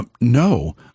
No